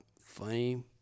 funny